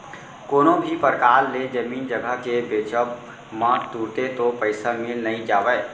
कोनो भी परकार ले जमीन जघा के बेंचब म तुरते तो पइसा मिल नइ जावय